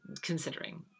considering